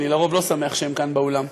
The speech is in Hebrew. אני לרוב לא שמח שהם כאן באולם,